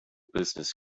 business